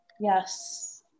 Yes